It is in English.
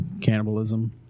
cannibalism